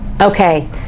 Okay